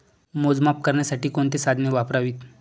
मोजमाप करण्यासाठी कोणती साधने वापरावीत?